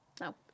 No